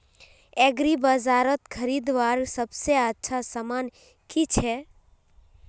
एग्रीबाजारोत खरीदवार सबसे अच्छा सामान की छे?